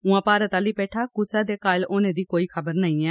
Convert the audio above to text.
उआं भारत आली पेठा कुसै दे घायल होने दी खबर नेईं ऐ